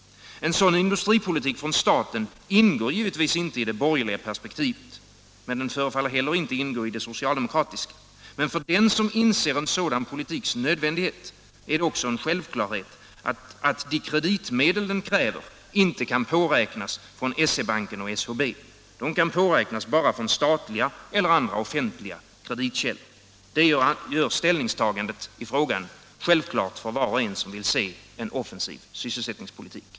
En sådan industripolitik från staten ingår givetvis inte i det borgerliga perspektivet. Den förefaller inte heller ingå i det socialdemokratiska. Men för den som inser en sådan politiks nödvändighet är det också en självklarhet, att de kreditmedel den kräver inte kan påräknas från SE-Banken och SHB. De kan påräknas bara från statliga eller andra offentliga kreditkällor. Det gör ställningstagandet i frågan självklart för var och en som vill se en offensiv sysselsättningspolitik.